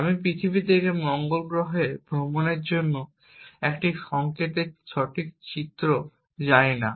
আমি পৃথিবী থেকে মঙ্গল গ্রহে ভ্রমণের জন্য একটি সংকেতের সঠিক চিত্র জানি না